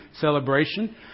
celebration